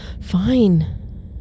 Fine